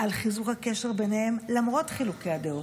על חיזוק הקשר ביניהם למרות חילוקי הדעות.